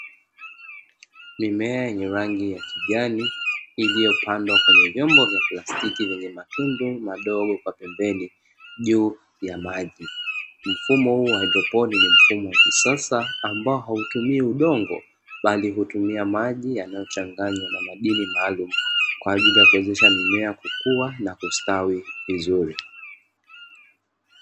Mimea yenye rangi ya kijani iliyopandwa kwenye vyombo ya plastiki vyenye matundu madogo kwa pembeni, juu ya maji. Mfumo huu wa haidroponi ni mfumo wa kisasa ambao hautumii udongo, bali hutumia maji yanayochanganywa na madini maalumu kwa ajili ya kuwezesha mimea kukua na kustawi vizuri.